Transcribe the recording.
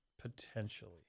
potentially